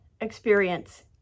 experience